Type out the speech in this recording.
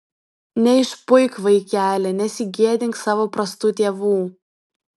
neišpuik vaikeli nesigėdink savo prastų tėvų